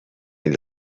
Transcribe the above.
این